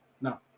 no